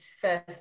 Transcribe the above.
first